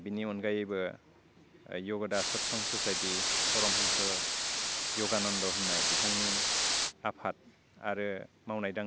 बिनि अनगायैबो यगदा सतसं ससाइटि फरमहंस' यगानन्द होननाय बिथांनि आफाद आरो मावनाय दांनाय